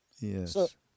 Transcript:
Yes